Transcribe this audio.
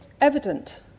evident